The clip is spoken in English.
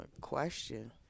question